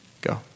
Go